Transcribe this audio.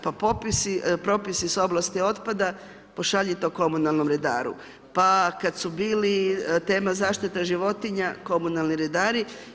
Pa propisi s oblasti otpada, pošalji to komunalnom redaru, pa kad su bili tema zaštita životinja, komunalni redari.